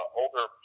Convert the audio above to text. older